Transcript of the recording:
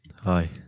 Hi